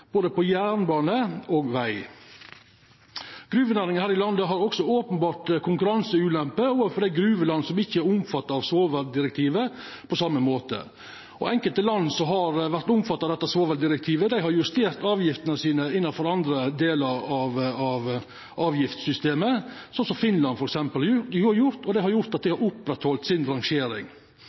på både jernbane og veg. Gruvenæringa her i landet har også openberre konkurranseulemper samanlikna med dei gruvelanda som ikkje er omfatta av svoveldirektivet på same måten. Enkelte land som har vore omfatta av dette svoveldirektivet, har justert avgiftene sine innanfor andre delar av avgiftssystemet – som f.eks. Finland – og det har gjort at dei har oppretthalde rangeringa si. Kalkproduksjonen i Noreg har